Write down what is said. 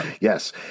Yes